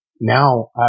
now